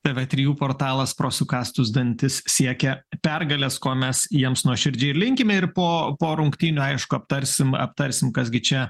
tv trijų portalas pro sukąstus dantis siekia pergalės ko mes jiems nuoširdžiai ir linkime ir po po rungtynių aišku aptarsim aptarsim kas gi čia